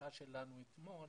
שיחה שלנו אתמול